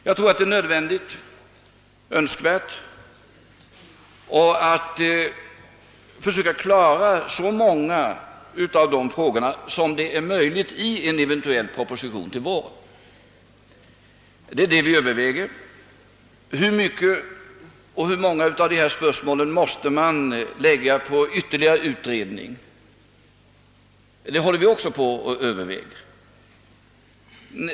Jag tror det är önskvärt att försöka klara så många som möjligt av de frågorna i en eventuell proposition till våren, och det är det vi överväger. Vi frågar oss hur många av dessa spörsmål som måste läggas på en ytterligare utredning. Även den saken håller vi på att överväga.